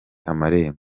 amarembo